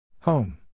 Home